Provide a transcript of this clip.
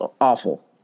awful